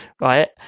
right